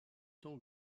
temps